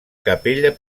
capella